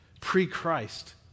pre-Christ